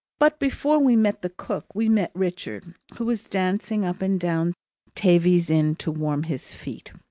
but before we met the cook, we met richard, who was dancing up and down thavies inn to warm his feet.